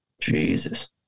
Jesus